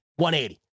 180